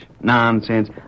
Nonsense